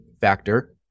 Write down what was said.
factor